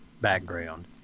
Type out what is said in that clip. background